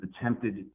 attempted